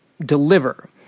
deliver